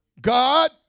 God